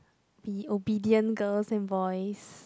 be obedient girls and boys